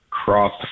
crop